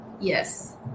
Yes